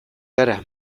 gara